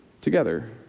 together